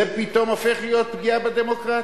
זה פתאום הופך להיות פגיעה בדמוקרטיה,